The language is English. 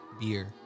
beer